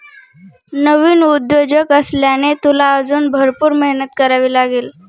नवीन उद्योजक असल्याने, तुला अजून भरपूर मेहनत करावी लागेल